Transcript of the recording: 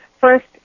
First